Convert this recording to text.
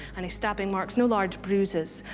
any stabbing marks, no large bruises.